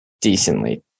decently